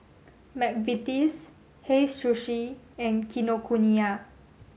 McVitie's Hei Sushi and Kinokuniya